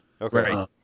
Okay